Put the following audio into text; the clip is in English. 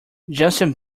justin